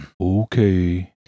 Okay